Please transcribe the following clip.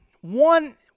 One